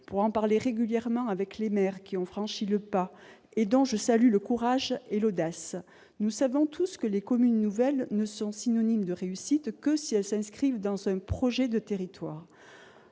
Pour en parler régulièrement avec les maires qui ont franchi le pas, et dont je salue le courage et l'audace, nous savons tous que les communes nouvelles ne sont synonymes de réussite que si elles s'inscrivent dans un projet de territoire.